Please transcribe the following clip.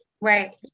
Right